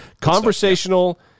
Conversational